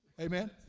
Amen